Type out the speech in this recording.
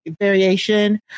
variation